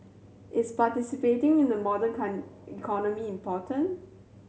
is participating in a modern economy important